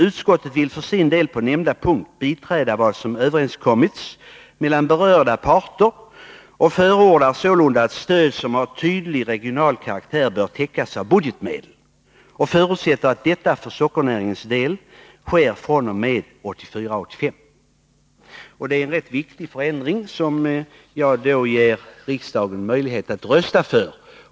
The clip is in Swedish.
Utskottet vill för sin del på nämnda punkt biträda vad som överenskommits mellan berörda parter och förordar sålunda att stöd som har tydlig regional karaktär bör täckas av budgetmedel och förutsätter att detta för sockernäringens del sker fr.o.m. 1984/85.” Det är en ganska viktig ändring som jag nu ger riksdagen möjlighet att rösta för.